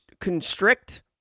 constrict